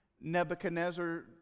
Nebuchadnezzar